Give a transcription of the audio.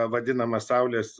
vadinamas saulės